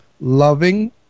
loving